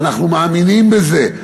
ואנחנו מאמינים בזה,